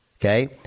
okay